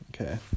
Okay